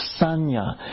sanya